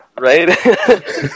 Right